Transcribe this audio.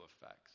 effects